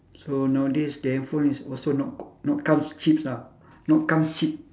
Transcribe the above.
so nowadays the handphone is also not not comes cheap ah not comes cheap